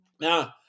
Now